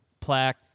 plaque